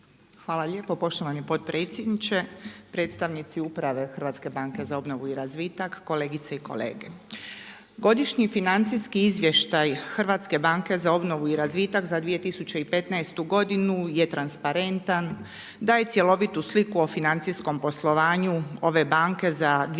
Hvala lijepo poštovani potpredsjedniče, predstavnici uprave HBOR-a, kolegice i kolege. Godišnji financijski izvještaj HBOR i razvitak za 2015. godinu je transparentan, daje cjelovitu sliku o financijskom poslovanju ove banke za 2015.